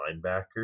linebacker